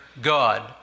God